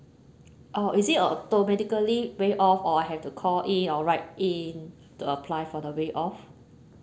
oh is it automatically waive off or have to call in or write in to apply for the waive off